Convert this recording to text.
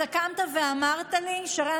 אתה קמת ואמרת לי: שרן,